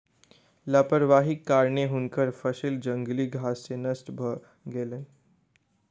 लापरवाहीक कारणेँ हुनकर फसिल जंगली घास सॅ नष्ट भ गेलैन